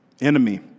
enemy